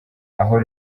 aho